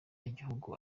igihugu